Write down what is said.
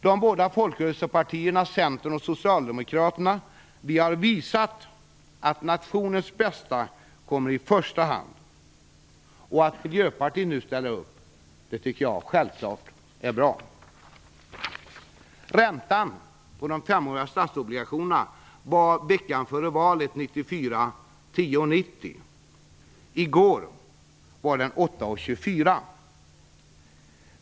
De båda folkrörelsepartierna Centern och Socialdemokraterna har visat att nationens bästa kommer i första hand, och att Miljöpartiet nu ställer upp tycker jag självklart är bra. 8:24 kr.